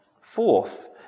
Fourth